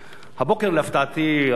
הבוקר, להפתעתי הרבה,